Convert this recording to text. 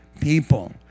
people